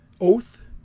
Oath